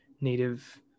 native